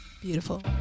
beautiful